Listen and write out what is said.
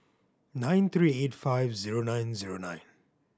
nine three eight five zero nine zero nine